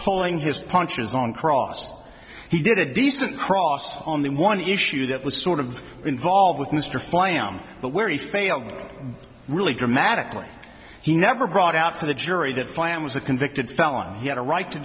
pulling his punches on cross he did a decent crossed on the one issue that was sort of involved with mr flamm but where he failed really dramatically he never brought out for the jury that plan was a convicted felon he had a right to